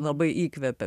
labai įkvėpė